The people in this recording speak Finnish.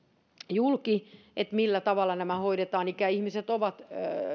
julki millä tavalla nämä hoidetaan ikäihmiset ovat